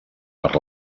per